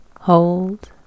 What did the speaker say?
Hold